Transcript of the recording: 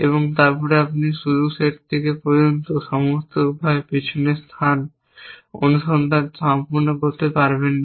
এবং তারপর আপনি শুরু সেট পর্যন্ত সমস্ত উপায়ে পিছনের স্থান অনুসন্ধান সম্পূর্ণ করতে পারবেন না